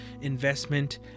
investment